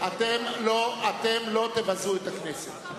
אתם לא תבזו את הכנסת.